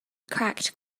cracked